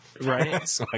Right